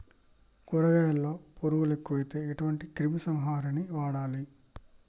కూరగాయలలో పురుగులు ఎక్కువైతే ఎటువంటి క్రిమి సంహారిణి వాడాలి?